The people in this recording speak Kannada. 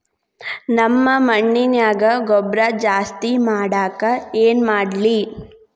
ನಮ್ಮ ಮಣ್ಣಿನ್ಯಾಗ ಗೊಬ್ರಾ ಜಾಸ್ತಿ ಮಾಡಾಕ ಏನ್ ಮಾಡ್ಲಿ?